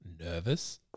Nervous